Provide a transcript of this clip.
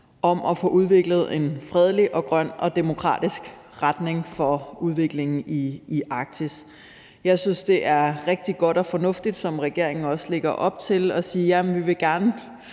om at få udviklet en fredelig og grøn og demokratisk retning for udviklingen i Arktis. Jeg synes, det er rigtig godt og fornuftigt, som regeringen også lægger op til, at sige, at vi gerne